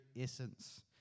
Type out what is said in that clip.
essence